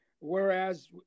Whereas